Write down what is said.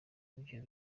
ibyo